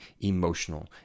emotional